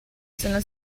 sono